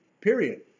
period